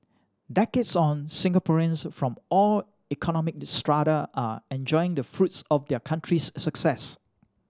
decades on Singaporeans from all economic strata are enjoying the fruits of the country's success